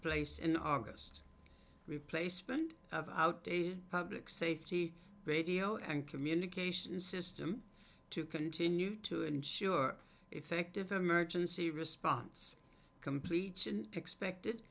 place in august replacement of outdated public safety radio and communication system to continue to ensure effective emergency response completes an expected